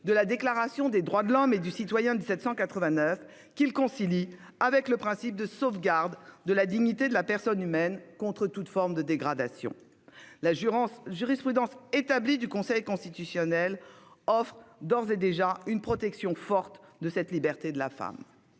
de la Déclaration des droits de l'homme et du citoyen de 1789, qu'il concilie avec le principe de sauvegarde de la dignité de la personne humaine contre toute forme de dégradation. La jurisprudence établie du Conseil constitutionnel offre d'ores et déjà une protection forte de cette liberté de la femme.